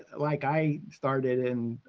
like i started in,